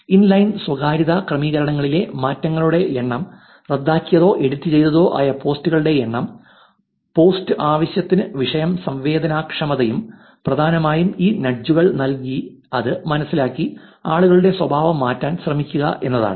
inline സ്വകാര്യത ക്രമീകരണങ്ങളിലെ മാറ്റങ്ങളുടെ എണ്ണം റദ്ദാക്കിയതോ എഡിറ്റുചെയ്തതോ ആയ പോസ്റ്റുകളുടെ എണ്ണം പോസ്റ്റ് ആവൃത്തിയും വിഷയ സംവേദനക്ഷമതയും പ്രധാനമായും ഈ നഡ്ജുകൾ നൽകി അത് മനസിലാക്കി ആളുകളുടെ സ്വാഭാവം മാറ്റാൻ ശ്രമിക്കുക എന്നതാണ്